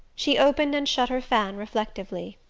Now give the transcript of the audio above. she opened and shut her fan reflectively.